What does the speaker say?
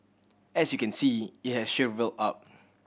as you can see it has shrivelled up